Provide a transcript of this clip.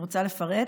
אני רוצה לפרט.